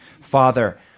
Father